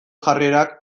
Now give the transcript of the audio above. jarrerak